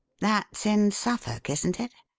that's in suffolk, isn't it?